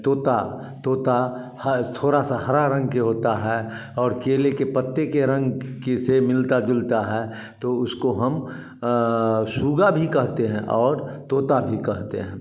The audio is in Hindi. तोता तोता है थोड़ा सा हरा रंग के होता है और केले के पत्ते के रंग के से मिलता जुलता है तो उसको हम शूगा भी कहते हैं और तोता भी कहते हैं